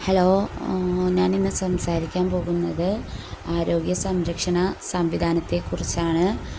hello ഞാാനിന്ന് സംസാരിക്കാൻ പോകുന്നത് ആരോഗ്യ സംരക്ഷണ സംവിധാനത്തെക്കുറിച്ചാണ്